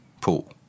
pool